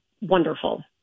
wonderful